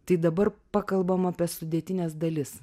tai dabar pakalbam apie sudėtines dalis